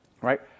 right